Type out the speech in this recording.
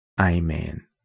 Amen